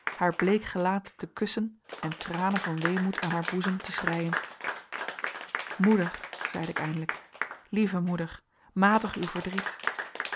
haar bleek gelaat te kussen en tranen van weemoed aan haar boezem te schreien moeder zeide ik eindelijk lieve moeder matig uw verdriet